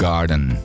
Garden